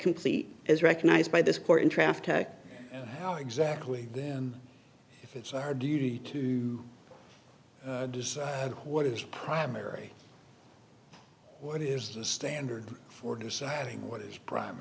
complete is recognized by this court in traffic and how exactly then if it's our duty to decide what is primary what is the standard for deciding what is prim